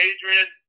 Adrian